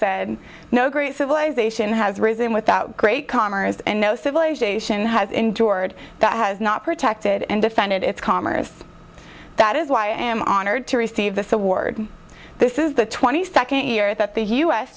said no great civilization has risen without great commerce and no civilization has endured that has not protected and defended its commerce that is why i am honored to receive this award this is the twenty second year that the u